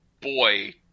boy